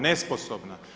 Nesposobna.